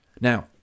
Now